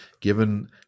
given